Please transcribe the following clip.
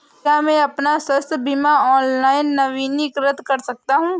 क्या मैं अपना स्वास्थ्य बीमा ऑनलाइन नवीनीकृत कर सकता हूँ?